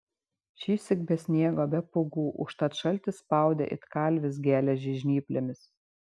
šįsyk be sniego be pūgų užtat šaltis spaudė it kalvis geležį žnyplėmis